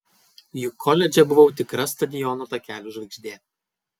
juk koledže buvau tikra stadiono takelių žvaigždė